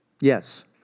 Yes